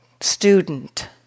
student